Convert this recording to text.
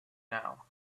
now